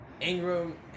Ingram